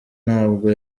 ntabwo